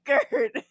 skirt